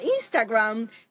Instagram